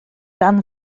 dan